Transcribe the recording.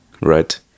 Right